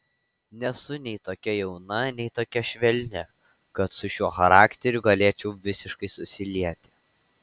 nesu nei tokia jauna nei tokia švelni kad su šiuo charakteriu galėčiau visiškai susilieti